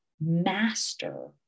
master